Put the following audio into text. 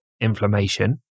inflammation